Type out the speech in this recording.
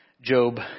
Job